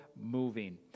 moving